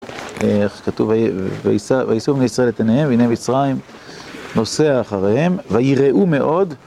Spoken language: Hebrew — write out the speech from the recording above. כתוב, ויסובו ישראל את עיניהם, והנה מצרים נוסע אחריהם, וייראו מאוד.